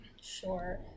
Sure